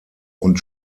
und